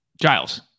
Giles